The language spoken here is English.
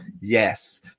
yes